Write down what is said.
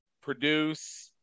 produce